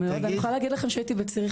הייתי בציריך